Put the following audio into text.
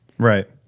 Right